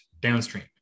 downstream